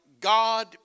God